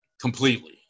Completely